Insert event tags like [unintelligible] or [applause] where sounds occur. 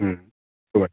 हं [unintelligible]